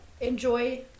enjoy